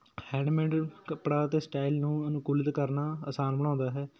handmade ਕੱਪੜਾ ਅਤੇ style ਨੂੰ ਅਨੁਕੂਲਿਤ ਕਰਨਾ ਆਸਾਨ ਬਣਾਉਂਦਾ ਹੈ